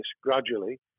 gradually